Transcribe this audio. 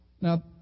Now